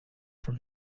from